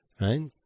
Right